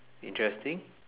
interesting